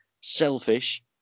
selfish